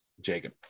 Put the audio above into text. Jacob